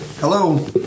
Hello